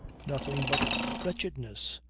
nothing but wretchedness,